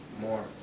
more